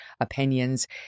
opinions